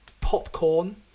popcorn